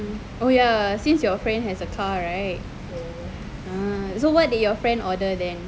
mm oh ya since your friend has a car right so what did your friend order then